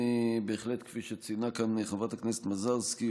כפי שציינה כאן חברת הכנסת מזרסקי,